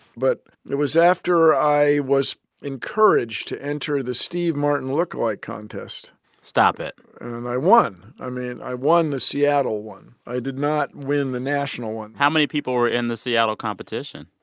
but it was after i was encouraged to enter the steve martin look-alike contest stop it and i won. i mean, i won the seattle one. i did not win the national one how many people were in the seattle competition?